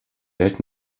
welt